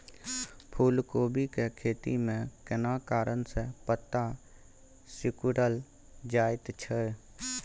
फूलकोबी के खेती में केना कारण से पत्ता सिकुरल जाईत छै?